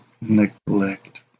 neglect